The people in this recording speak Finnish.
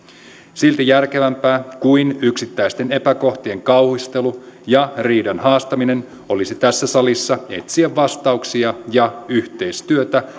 silti järkevämpää kuin yksittäisten epäkohtien kauhistelu ja riidan haastaminen olisi tässä salissa etsiä vastauksia ja yhteistyötä